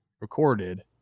recorded